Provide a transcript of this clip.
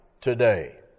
today